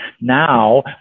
Now